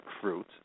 fruit